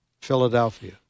Philadelphia